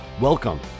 Welcome